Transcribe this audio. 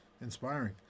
inspiring